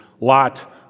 Lot